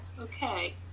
okay